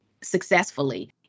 successfully